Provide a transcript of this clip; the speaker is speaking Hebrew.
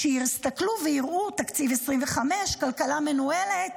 שיסתכלו ויראו, תקציב 2025, כלכלה מנוהלת.